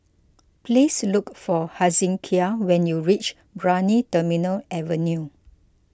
please look for Hezekiah when you reach Brani Terminal Avenue